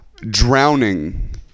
drowning